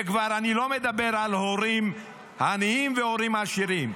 ואני כבר לא מדבר על הורים עניים והורים עשירים,